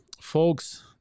folks